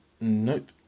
nope